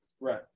right